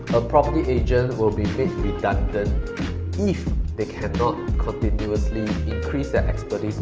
property agent will be made redundant if they cannot comtinuously increase their expertise